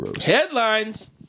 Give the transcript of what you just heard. Headlines